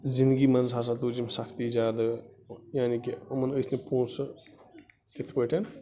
زِنٛدگی منٛز ہسا تُج أمۍ سختی زیادٕ یعنی کہِ یِمَن ٲسۍ نہٕ پۅنٛسہٕ تِتھٕ پٲٹھٮ۪ن